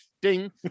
ding